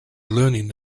learning